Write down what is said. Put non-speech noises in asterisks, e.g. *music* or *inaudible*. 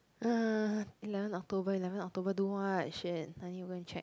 *noise* eleven October eleven October do what shit I need to go and check